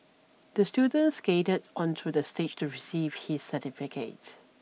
the student skated onto the stage to receive his certificate